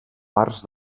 parts